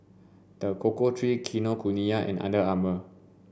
the Cocoa Trees Kinokuniya and Under Armour